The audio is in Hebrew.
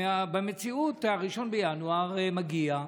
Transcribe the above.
במציאות, 1 בינואר מגיע,